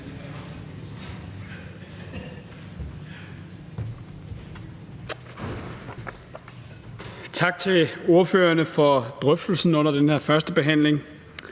Tak til ordførerne for drøftelsen under den her første behandling.